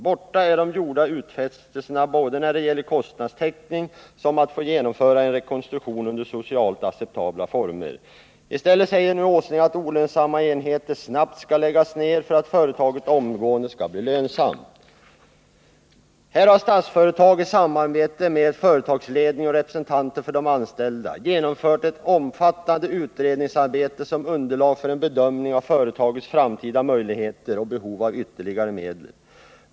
Borta är de gjorda utfästelserna när det gäller såväl kostnadstäckningen som genomförandet av en rekonstruktion i socialt acceptabla former. I stället säger nu herr Åsling att olönsamma enheter snabbt skall läggas ned för att företaget omedelbart skall bli lönsamt. Här har Statsföretag i samarbete med företagsledningen och representanter för de anställda genomfört ett omfattande utredningsarbete som underlag för en bedömning av företagets framtida möjligheter och behov av ytterligare medel.